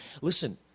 Listen